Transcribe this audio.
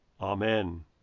Amen